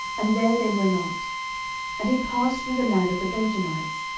and there they were not and he passed through the land of the benjamites,